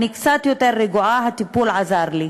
אני קצת יותר רגועה, הטיפול עזר לי.